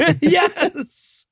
Yes